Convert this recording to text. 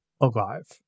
alive